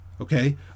okay